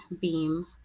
beam